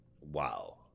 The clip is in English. wow